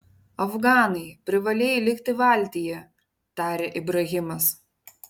afganai privalėjai likti valtyje tarė ibrahimas